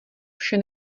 vše